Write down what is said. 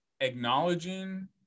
acknowledging